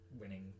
winning